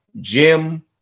Jim